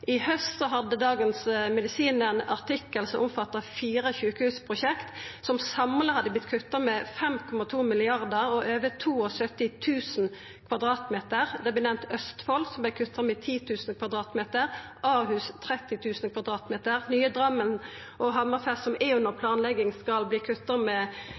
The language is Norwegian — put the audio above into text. I haust hadde Dagens Medisin ein artikkel som omfatta fire sjukehusprosjekt som samla hadde vorte kutta med 5,2 mrd. kr og over 72 000 m 2 . Østfold vart nemnt, som vart kutta med 10 000 m 2 , Ahus med 30 000 m 2 og nye Drammen og Hammerfest, som er under